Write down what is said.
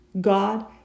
God